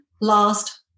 last